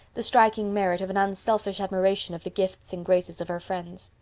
the striking merit of an unselfish admiration of the gifts and graces of her friends.